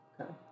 Okay